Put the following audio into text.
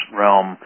realm